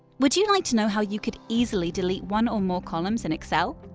would you like to know how you could easily delete one or more columns in excel?